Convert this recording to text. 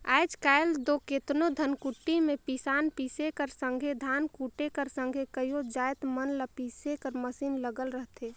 आएज काएल दो केतनो धनकुट्टी में पिसान पीसे कर संघे धान कूटे कर संघे कइयो जाएत मन ल पीसे कर मसीन लगल रहथे